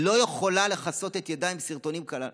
היא לא יכולה לכסות את ידה עם סרטונים כאלה.